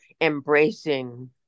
embracing